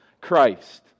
Christ